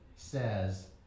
says